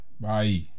bye